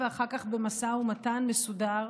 ואחר כך במשא ומתן מסודר.